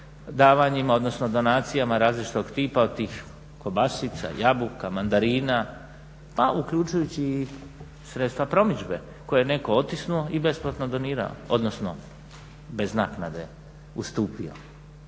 davanjima, odnosno donacijama različitog tipa od tih kobasica, jabuka, mandarina pa uključujući i sredstva promidžbe koje je netko otisnuo i besplatno donirao, odnosno bez naknade ustupio.